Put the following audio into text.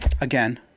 Again